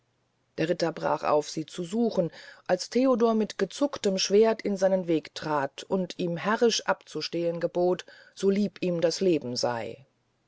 der ritter brach auf sie zu suchen als theodor mit gezucktem schwerd in seinen weg traf und ihm herrisch abzustehn gebot so lieb ihm das leben sey